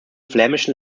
flämischen